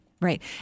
Right